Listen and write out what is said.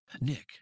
Nick